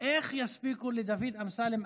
איך הן יספיקו לדוד אמסלם,